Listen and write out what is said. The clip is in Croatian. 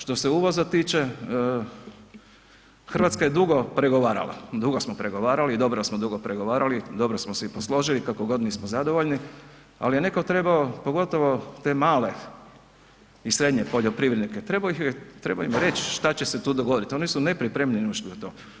Što se uvoza tiče, Hrvatska je dugo pregovarala, dugo smo pregovarali i dobro da smo dugo pregovarali, dobro smo se i posložili kako god nismo zadovoljni ali je netko trebao pogotovo te male i srednje poljoprivrednike, trebao im je reć šta će se tu dogoditi, oni su nepripremljeni ušli u to.